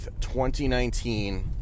2019